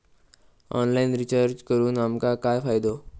Online recharge करून आमका काय फायदो?